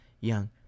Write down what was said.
young